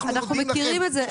אנחנו מכירים את זה.